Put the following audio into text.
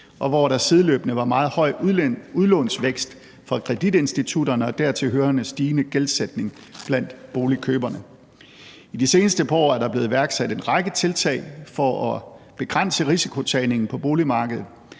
og hvor der sideløbende var meget høj udlånsvækst fra kreditinstitutterne og dertil hørende stigende gældsætning blandt boligkøberne. I de seneste par år er der blevet iværksat en række tiltag for at begrænse risikotagningen på boligmarkedet.